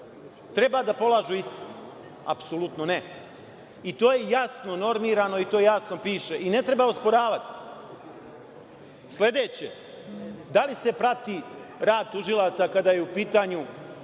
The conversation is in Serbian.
treba da polažu ispit? Apsolutno ne. I to je jasno normirano i to jasno piše i ne treba osporavati. Sledeće, da li se prati rad tužilaca kada je u pitanju